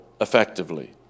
effectively